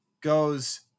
goes